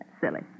silly